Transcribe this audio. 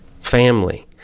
Family